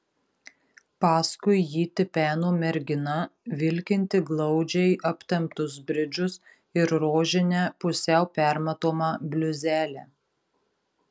paskui jį tipeno mergina vilkinti glaudžiai aptemptus bridžus ir rožinę pusiau permatomą bliuzelę